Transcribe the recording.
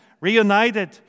reunited